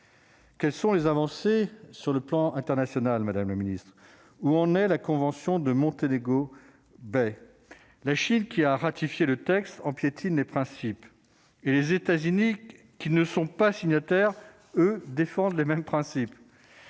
Quelles sont les avancées sur le plan international, Madame le Ministre, où en est la convention de Montego Bay. La Chine qui a ratifié le texte, on piétine les principes et les États-Unis, qui ne sont pas signataires eux défendent les mêmes principes,